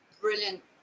brilliant